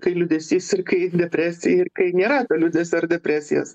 kai liūdesys ir kai depresija ir kai nėra liūdesio ar depresijos